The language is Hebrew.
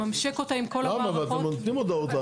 לממשק אותה עם כל המערכות --- למה?